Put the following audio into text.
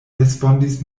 respondis